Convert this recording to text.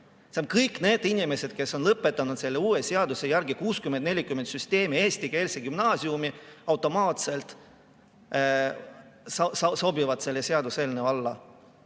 kõik need inimesed, kes on lõpetanud selle uue seaduse järgi 60 : 40 süsteemis eestikeelse gümnaasiumi, automaatselt sobivad selle seaduseelnõu alla.